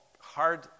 hard